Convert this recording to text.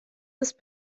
ist